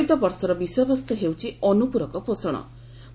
ଚଳିତ ବର୍ଷର ବିଷୟବସ୍ତୁ ହେଉଛି 'ଅନୁପ୍ରରକ ପୋଷଣ'